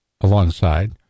alongside